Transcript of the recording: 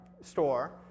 store